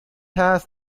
has